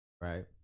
right